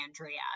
Andrea